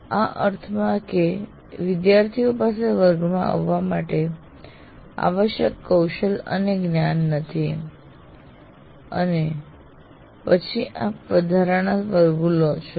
આ અર્થમાં કે વિદ્યાર્થીઓ પાસે વર્ગમાં આવવા માટે આવશ્યક કૌશલ અને જ્ઞાન નથી અને પછી આપ વધારાના વર્ગો લો છો